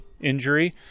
injury